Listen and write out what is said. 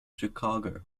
chicago